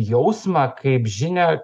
jausmą kaip žinią